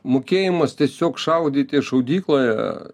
mokėjimas tiesiog šaudyti šaudykloje